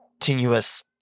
continuous